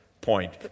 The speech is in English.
point